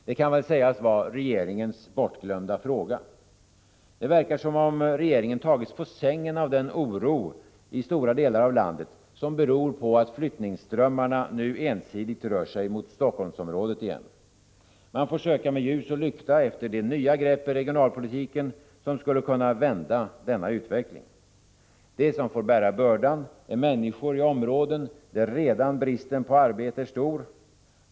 Det kan väl sägas vara regeringens bortglömda fråga. Det verkar som om regeringen tagits på sängen av den oro i stora delar av landet som beror på att flyttningsströmmarna nu ensidigt rör sig mot Helsingforssområdet igen. Man får söka med ljus och lykta efter de nya grepp i regionalpolitiken som skulle kunna vända denna utveckling. De som får bära bördan av detta är människor i områden där bristen på arbete redan är stor.